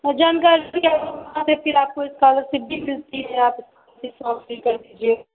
जानकारी आप वहाँ से फिर आपको आप इस कागज